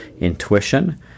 intuition